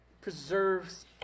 preserves